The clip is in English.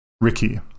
Ricky